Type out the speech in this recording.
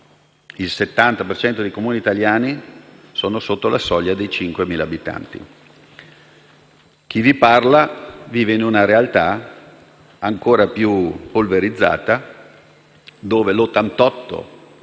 cento dei Comuni italiani, che sono sotto la soglia dei 5.000 abitanti. Chi vi parla vive in una realtà ancora più polverizzata, dove l'88